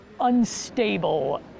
unstable